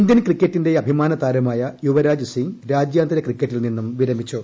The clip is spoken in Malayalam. ഇന്ത്യൻ ക്രിക്കറ്റിന്റെ അഭിമാന താരമായ യുവ്രാജ് സിംഗ് രാജ്യാന്തരക്രിക്കറ്റിൽ നിന്നും വിരമിച്ചു